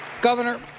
Governor